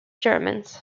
germans